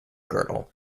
girdle